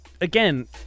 Again